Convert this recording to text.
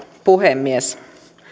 puhemies